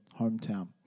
hometown